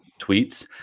tweets